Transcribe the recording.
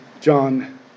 John